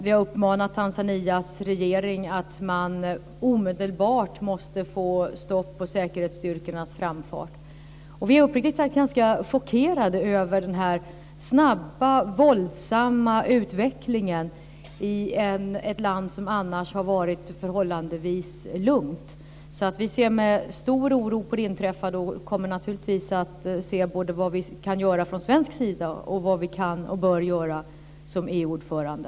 Vi har uppmanat Tanzanias regering att omedelbart sätta stopp för säkerhetsstyrkornas framfart. Vi är uppriktigt sagt ganska chockerade över denna snabba, våldsamma utveckling i ett land som annars har varit förhållandevis lugnt. Vi ser alltså med stor oro på det inträffade och kommer naturligtvis att se vad vi kan göra både från svensk sida och vad Sverige kan och bör göra som EU-ordförande.